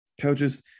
coaches